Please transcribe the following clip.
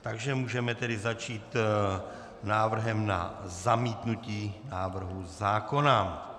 Takže můžeme začít návrhem na zamítnutí návrhu zákona.